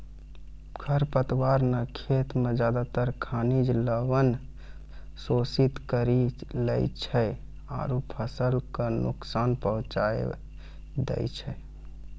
खर पतवार न खेत के ज्यादातर खनिज लवण शोषित करी लै छै आरो फसल कॅ नुकसान पहुँचाय दै छै